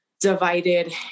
divided